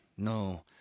No